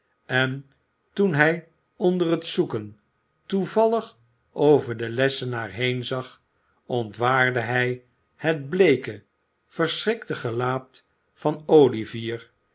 en toen hij onder het zoeken toevallig over den lessenaar heen zag ontwaarde hij het bleeke verschrikte gelaat van olivier